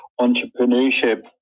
entrepreneurship